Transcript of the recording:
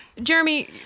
Jeremy